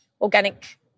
organic